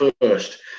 first